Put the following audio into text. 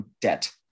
debt